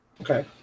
Okay